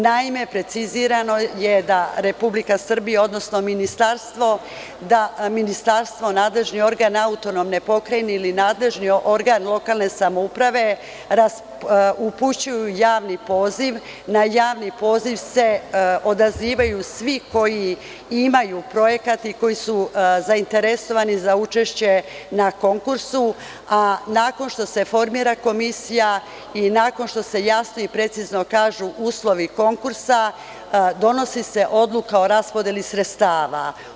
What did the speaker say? Naime, precizirano je da Republika Srbija, odnosno ministarstvo, nadležni organ AP ili nadležni organ lokalne samouprave upućuju javni poziv, na javni poziv se odazivaju svi koji imaju projekat i koji su zainteresovani za učešće na konkurs, a nakon što se formira komisija i nakon što se jasno i precizno kažu uslovi konkursa, donosi se odluka o raspodeli sredstava.